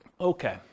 Okay